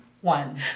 One